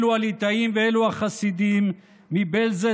אלו הליטאים ואלו החסידים מבעלז,